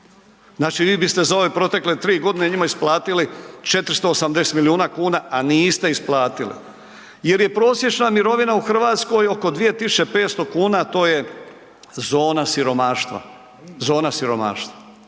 Znači, vi biste za ove protekle 3.g. njima isplatili 480 milijuna kuna, a niste isplatili jer je prosječna mirovina u RH oko 2.500,00 kn, to je zona siromaštva, zona siromaštva.